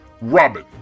Robin